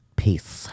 peace